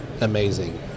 amazing